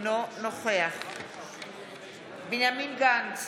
אינו נוכח בנימין גנץ,